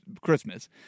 Christmas